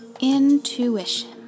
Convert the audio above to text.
intuition